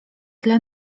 dla